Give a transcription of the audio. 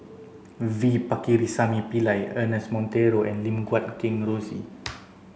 V Pakirisamy Pillai Ernest Monteiro and Lim Guat Kheng Rosie